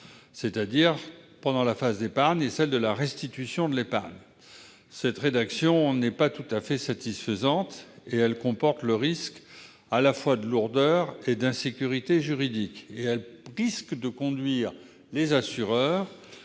c'est-à-dire durant la phase d'épargne et celle de la restitution de l'épargne. Cette rédaction n'est pas tout à fait satisfaisante et elle comporte des risques de lourdeur et d'insécurité juridique. Elle risque aussi de conduire les assureurs